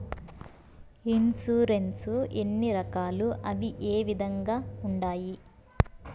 insurance ఎన్ని రకాలు అవి ఏ విధంగా ఉండాయి